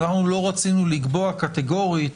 אנחנו לא רצינו לקבוע קטגורית,